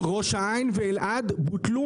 ראש העין ואלעד בוטלו